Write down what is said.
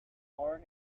born